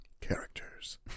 Characters